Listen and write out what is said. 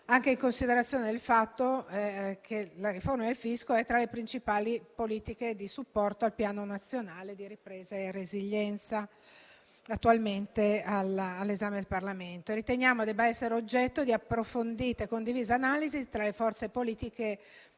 anche in considerazione del fatto che la riforma del fisco è tra le principali politiche di supporto al Piano nazionale di ripresa e resilienza, attualmente all'esame del Parlamento. Riteniamo debba essere oggetto di approfondite e condivise analisi tra le forze politiche